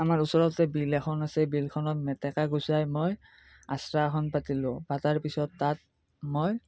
আমাৰ ওচৰতে বিল এখন আছে বিলখনত মেটেকা গুচাই মই আঁচৰা এখন পাতিলো পাতাৰ পিছত তাত মই